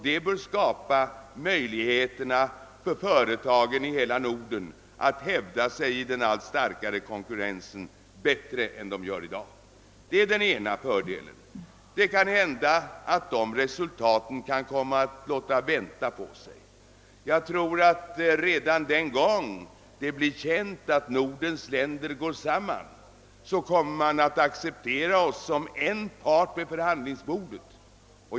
Detta bör skapa möjligheter för företagen i hela Norden att bättre än i dag hävda sig i den allt hårdare konkurrensen. Det är den ena fördelen. Kanske kommer det resultatet att låta vänta på sig, men för min del tror jag att redan när det blir känt att Nordens länder går samman kommer vi att accepteras som en part vid förhandlingsbordet.